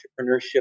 entrepreneurship